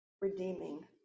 redeeming